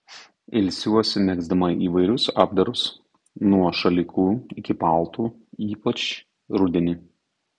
ilsiuosi megzdama įvairius apdarus nuo šalikų iki paltų ypač rudenį